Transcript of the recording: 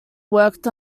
worked